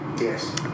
Yes